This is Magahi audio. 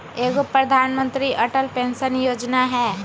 एगो प्रधानमंत्री अटल पेंसन योजना है?